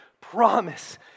promise